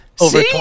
over